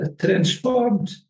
transformed